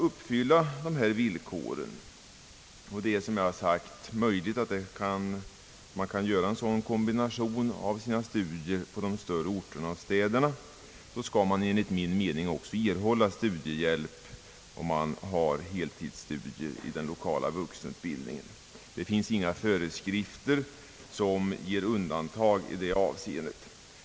Uppfyller man dessa villkor, och det är som jag sagt möjligt att man kan göra en sådan kombination av sina studier i de större orterna och städerna, skall man enligt min mening också er ning hålla studiehjälp om man bedriver heltidsstudier vid den lokala vuxenutbildningen. Det finns inga föreskrifter som anger undantag i detta avseende.